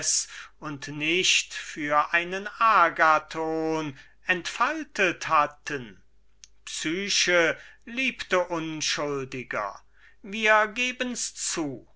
und nicht für einen agathon entfalteten psyche liebte unschuldiger wir geben's zu